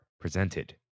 presented